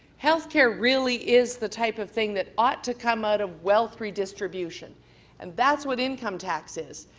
health care really is the type of thing that ought to come out of wealth redistribution and that's what income tax is.